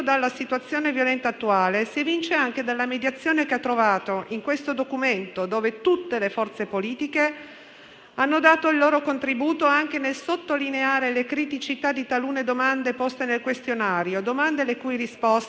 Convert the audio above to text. Dobbiamo spiegare che piangere, per un maschio, non è un tabù e anzi, a volte, può essere un valore aggiunto. Dobbiamo far capire chiaramente che non basta essere dotati di pene e gonadi per essere uomo, ma lo si è quando si rispetta il prossimo.